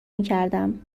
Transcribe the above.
میکردم